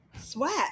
sweat